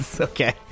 Okay